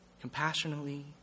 compassionately